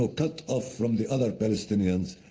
ah cut off from the other palestinians,